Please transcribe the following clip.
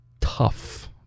tough